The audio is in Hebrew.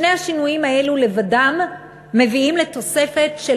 שני השינויים האלו לבדם מביאים לתוספת של